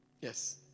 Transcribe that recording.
Yes